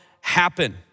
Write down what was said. happen